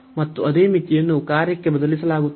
ಮತ್ತು ಅದೇ ಮಿತಿಯನ್ನು ಕಾರ್ಯಕ್ಕೆ ಬದಲಿಸಲಾಗುತ್ತದೆ